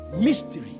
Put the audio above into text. Mystery